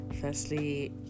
Firstly